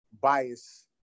bias